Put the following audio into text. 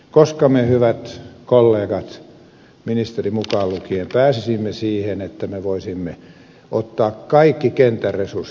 koska me hyvät kollegat ministeri mukaan lukien pääsisimme siihen että me voisimme ottaa kaikki kentän resurssit käyttöön